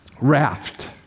raft